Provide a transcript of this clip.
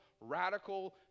radical